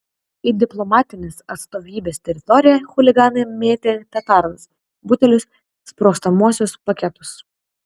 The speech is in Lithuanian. į diplomatinės atstovybės teritoriją chuliganai mėtė petardas butelius sprogstamuosius paketus